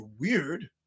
weird